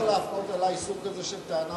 אתה לא יכול להפנות אלי סוג כזה של טענה.